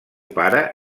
pare